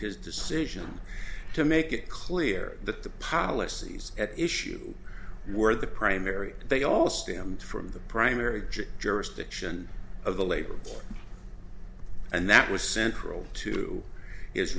his decision to make it clear that the policies at issue were the primary they all stemmed from the primary jurisdiction of the labor and that was central to his